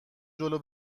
جلو